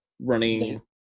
running